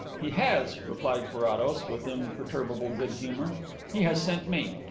he has, replied carrados, with imperturbable good-humour he has sent me.